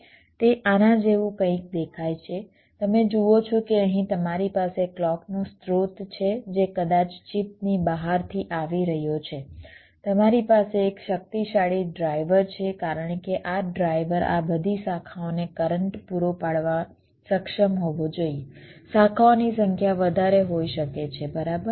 તે આના જેવું કંઈક દેખાય છે તમે જુઓ છો કે અહીં તમારી પાસે ક્લૉકનો સ્ત્રોત છે જે કદાચ ચિપની બહારથી આવી રહ્યો છે તમારી પાસે એક શક્તિશાળી ડ્રાઇવર છે કારણ કે આ ડ્રાઇવર આ બધી શાખાઓને કરંટ પૂરો પાડવા સક્ષમ હોવો જોઈએ શાખાઓની સંખ્યા વધારે હોઈ શકે છે બરાબર